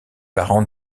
parents